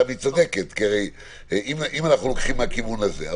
תמי צודקת אם אנחנו הולכים לכיוון הזה.